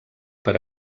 per